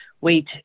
wait